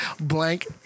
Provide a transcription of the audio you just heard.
blank